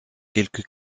quelques